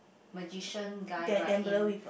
magician guy right in